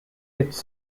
its